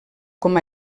com